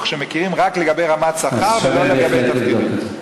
שמכירים רק לגבי רמת שכר ולא לגבי תפקידים.